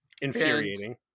Infuriating